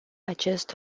acest